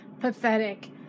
pathetic